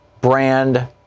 brand